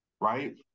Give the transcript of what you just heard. right